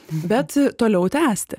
bet toliau tęsti